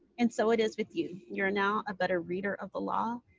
and so it is with you. you are now a better reader of the law.